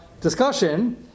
Discussion